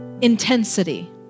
intensity